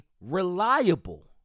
reliable